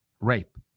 rape